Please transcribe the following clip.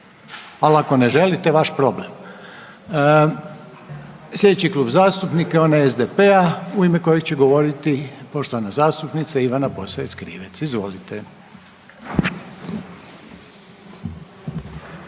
Ali ako ne želite vaš problem. Sljedeći Klub zastupnika je onaj SDP-a u ime kojeg će govoriti poštovana zastupnica Ivana Posavec Krivec. Izvolite.